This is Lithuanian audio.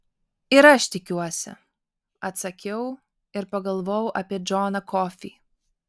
ir aš tikiuosi atsakiau ir pagalvojau apie džoną kofį